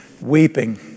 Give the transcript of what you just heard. weeping